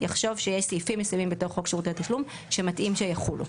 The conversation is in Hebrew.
יחשוב שיש סעיפים מסוימים בתוך חוק שירותי תשלום שמתאים שיחולו,